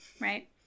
right